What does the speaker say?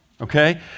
okay